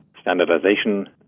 standardization